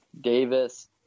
Davis